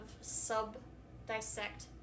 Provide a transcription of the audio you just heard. sub-dissect